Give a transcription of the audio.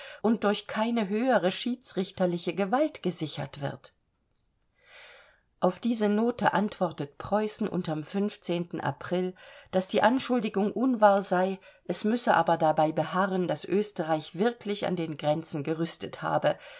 und durch keine höhere schiedsrichterliche gewalt gesichert wird auf diese note antwortet preußen unterm april daß die anschuldigung unwahr sei es müsse aber dabei beharren daß österreich wirklich an den grenzen gerüstet habe